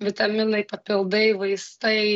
vitaminai papildai vaistai